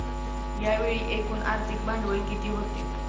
यावेळी एकूण आर्थिक भांडवल किती होते?